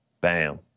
Bam